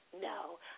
no